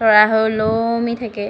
তৰা হৈ ওলমি থাকে